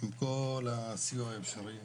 מכל הסיוע האפשרי,